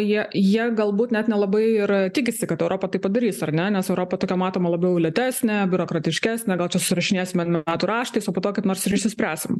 jie jie galbūt net nelabai ir tikisi kad europa tai padarys ar ne nes europa tokia matoma labiau lėtesnė biurokratiškesnė gal čia susirašinėsime metų raštais o po to kaip nors ir išsispręsim